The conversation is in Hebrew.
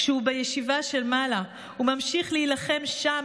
כשהוא בישיבה של מעלה הוא ממשיך להילחם שם